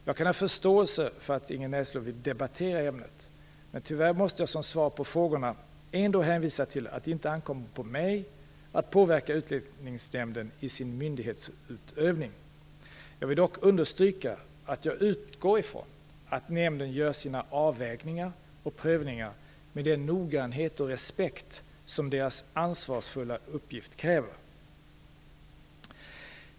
Jag kan ha förståelse för att Ingrid Näslund vill debattera ämnet, men tyvärr måste jag som svar på frågorna ändå hänvisa till att det inte ankommer på mig att påverka Utlänningsnämnden i dess myndighetsutövning. Jag vill dock understryka att jag utgår ifrån att nämnden gör sina avvägningar och prövningar med den noggrannhet och respekt som deras ansvarsfulla uppgift kräver.